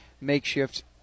makeshift